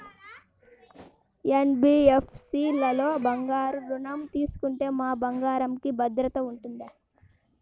NBFC లలో బంగారు ఋణం తీసుకుంటే మా బంగారంకి భద్రత ఉంటుందా?